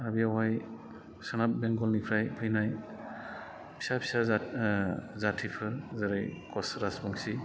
आर बेयाव सोनाब बेंगलनिफ्राय फैनाय फिसा फिसा जाथि ओ जाथिफोर जेरै क'स रासबंसि